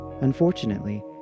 Unfortunately